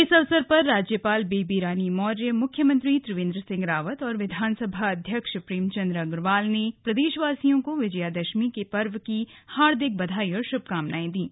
इस अवसर पर राज्यपाल बेबी रानी मौर्य मुख्यमंत्री त्रिवेन्द्र सिंह रावत और विधानसभा अध्यक्ष प्रेमचंद अग्रवाल ने प्रदेशवासियों को विजयादशमी के पर्व की हार्दिक बधाई और श्भकामनाएं दी हैं